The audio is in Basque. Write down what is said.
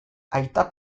aita